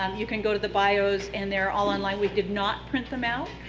um you can go to the bios, and they are all online. we did not print them out.